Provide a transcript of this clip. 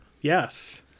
Yes